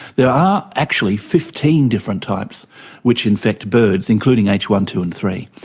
there are actually fifteen different types which infect birds, including h one, two, and three.